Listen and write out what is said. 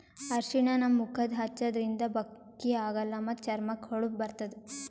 ಅರ್ಷಿಣ ನಮ್ ಮುಖಕ್ಕಾ ಹಚ್ಚದ್ರಿನ್ದ ಬಕ್ಕಿ ಆಗಲ್ಲ ಮತ್ತ್ ಚರ್ಮಕ್ಕ್ ಹೊಳಪ ಬರ್ತದ್